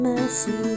Mercy